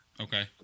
Okay